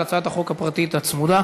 על הצעת החוק הפרטית הצמודה.